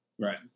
Right